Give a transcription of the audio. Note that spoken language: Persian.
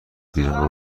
بیرون